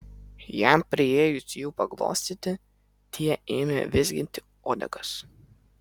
jam priėjus jų paglostyti tie ėmė vizginti uodegas